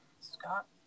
Scott